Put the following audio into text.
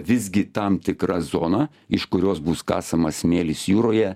visgi tam tikra zona iš kurios bus kasamas smėlis jūroje